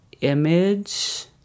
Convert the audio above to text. image